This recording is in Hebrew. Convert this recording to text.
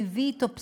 מביא אתו בשורה,